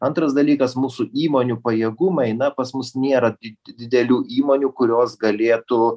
antras dalykas mūsų įmonių pajėgumai na pas mus nėra did didelių įmonių kurios galėtų